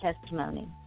testimony